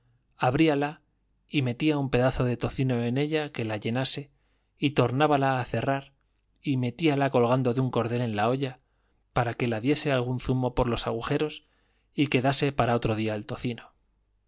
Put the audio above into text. salvadera abríala y metía un pedazo de tocino en ella que la llenase y tornábala a cerrar y metíala colgando de un cordel en la olla para que la diese algún zumo por los agujeros y quedase para otro día el tocino